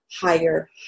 higher